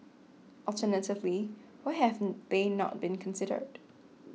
alternatively why haven't they not been considered